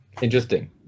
Interesting